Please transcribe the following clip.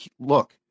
look